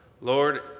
Lord